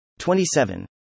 27